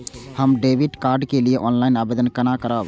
हम debit card के लिए ऑनलाइन आवेदन केना करब?